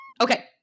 okay